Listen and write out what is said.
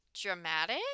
dramatic